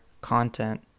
content